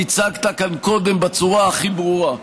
הצגת כאן קודם בצורה הכי ברורה.